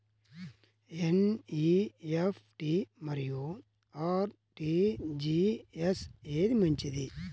NEFT మరియు RTGS ఏది మంచిది?